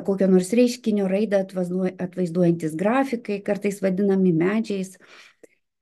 kokia nors reiškinį raidą atvaizduo atvaizduojantys grafikai kartais vadinami medžiais